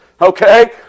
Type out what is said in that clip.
Okay